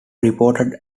reported